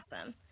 awesome